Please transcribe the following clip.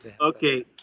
Okay